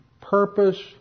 purpose